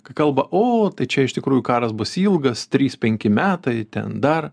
kai kalba o tai čia iš tikrųjų karas bus ilgas trys penki metai ten dar